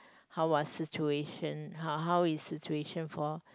how are situation how how is situation for